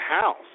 house